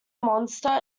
monster